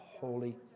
Holy